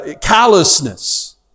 callousness